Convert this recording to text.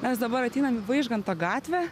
mes dabar ateinam į vaižganto gatvę